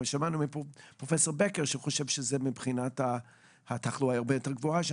שמענו מפרופסור בקר שחושב שהתחלואה הרבה יותר גבוהה שם.